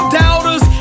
doubters